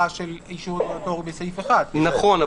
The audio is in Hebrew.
של אישור רגולטורי בסעיף 1. נכון,